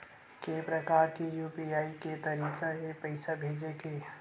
के प्रकार के यू.पी.आई के तरीका हे पईसा भेजे के?